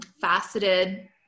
faceted